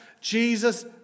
Jesus